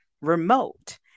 remote